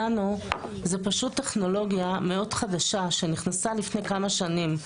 ננו זו טכנולוגיה מאוד חדשה שנכנסה לפני כמה שנים.